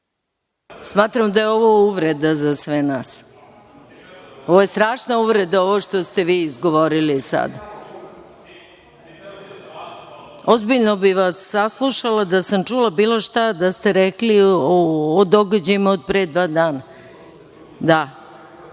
Smatram da je ovo uvreda za sve nas. Ovo je strašna uvreda što ste sada izgovorili. Ozbiljno bih vas saslušala da ste bilo šta rekli o događajima od pre dva dana.U